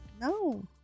No